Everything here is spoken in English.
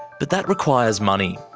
but that requires money,